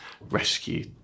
rescue